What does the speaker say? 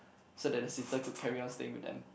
so that the sister could carry on staying with them